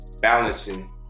balancing